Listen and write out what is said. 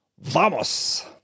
Vamos